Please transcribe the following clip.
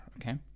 okay